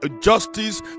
justice